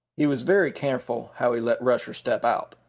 he was very careful how he let rusher step out.